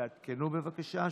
תעדכנו, בבקשה.